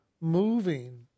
moving